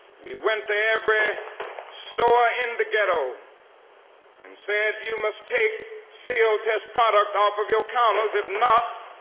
we went to every store in the ghetto and said, you must take sealtest products off of your counters. if not,